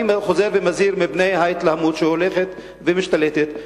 אני חוזר ומזהיר מפני ההתלהמות, שהולכת ומשתלטת.